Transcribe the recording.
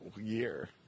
year